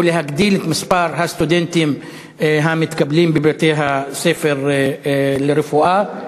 או להגדיל את מספר הסטודנטים המתקבלים לבתי-הספר לרפואה.